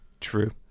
True